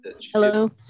hello